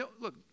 look